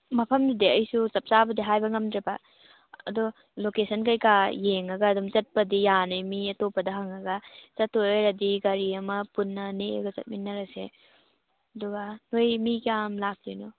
ꯃꯐꯝꯗꯨꯗꯤ ꯑꯩꯁꯨ ꯆꯞ ꯆꯥꯕꯗꯤ ꯍꯥꯏꯕ ꯉꯝꯗ꯭ꯔꯦꯕ ꯑꯗꯣ ꯂꯣꯀꯦꯁꯟ ꯀꯩꯀꯥ ꯌꯦꯡꯉꯒ ꯑꯗꯨꯝ ꯆꯠꯄꯗꯤ ꯌꯥꯅꯤ ꯃꯤ ꯑꯇꯣꯞꯄꯗ ꯍꯪꯉꯒ ꯆꯠꯇꯣꯏ ꯑꯣꯏꯔꯗꯤ ꯒꯥꯔꯤ ꯑꯃ ꯄꯨꯟꯅ ꯅꯦꯛꯑꯒ ꯆꯠꯃꯤꯟꯅꯔꯁꯦ ꯑꯗꯨꯒ ꯅꯣꯏ ꯃꯤ ꯀꯌꯥꯝ ꯂꯥꯛꯇꯣꯏꯅꯣ